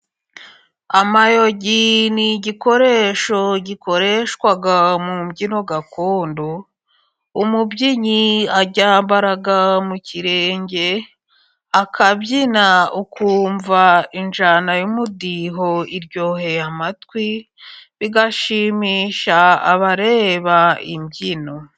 Amayogi ni igikoresho gikoreshwa mu mbyino gakondo， umubyinnyi aryambara mu kirenge akabyina，ukumva injyana y'umudiho iryoheye amatwi，bigashimisha abareba imbyino.